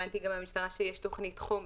הבנתי גם מהמשטרה שיש תוכנית חומש.